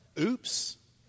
oops